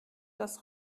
das